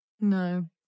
No